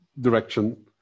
direction